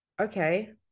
okay